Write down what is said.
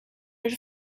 were